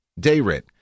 Dayrit